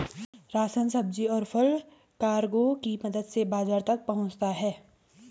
ration, सब्जी, और फल कार्गो की मदद से बाजार तक पहुंचता है